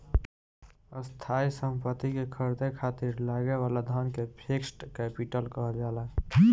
स्थायी सम्पति के ख़रीदे खातिर लागे वाला धन के फिक्स्ड कैपिटल कहल जाला